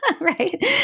Right